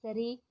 சரி